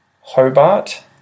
Hobart